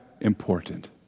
important